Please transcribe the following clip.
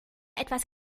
etwas